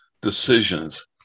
decisions